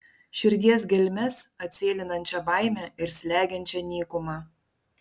širdies gelmes atsėlinančią baimę ir slegiančią nykumą